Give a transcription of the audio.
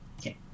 okay